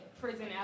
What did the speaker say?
prison